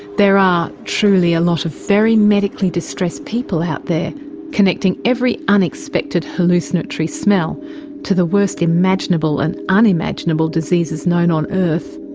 there are truly a lot of very medically distressed people out there connecting every unexpected hallucinatory smell to the worst imaginable and unimaginable diseases known on earth.